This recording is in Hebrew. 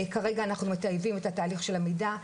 כרגע אנחנו מטייבים את התהליך של המידע,